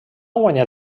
guanyat